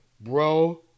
Bro